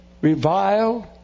reviled